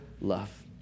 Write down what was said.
love